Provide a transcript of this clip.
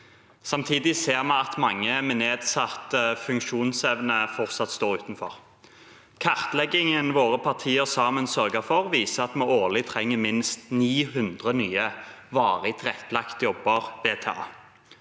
Samtidig ser vi at mange med nedsatt funksjonsevne fortsatt står utenfor. Kartleggingen våre partier sammen sørget for, viser at vi årlig trenger minst 900 nye varig tilrettelagte jobber, VTA.